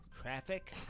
traffic